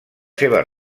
seves